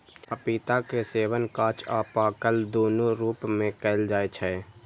पपीता के सेवन कांच आ पाकल, दुनू रूप मे कैल जाइ छै